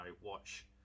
watch